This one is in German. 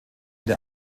der